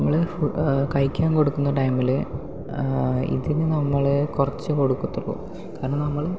നമ്മള് കഴിക്കാൻ കൊടുക്കുന്ന ടൈമില് ഇതിന് നമ്മള് കുറച്ച് കൊടുക്കത്തുള്ളൂ കാരണം നമ്മള്